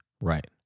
Right